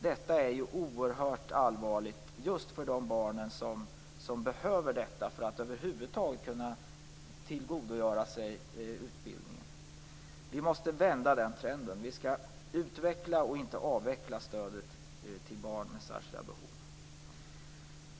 Detta är oerhört allvarligt just för de barn som behöver detta för att över huvud taget kunna tillgodogöra sig utbildningen. Vi måste vända den trenden. Vi skall utveckla och inte avveckla stödet till barn med särskilda behov.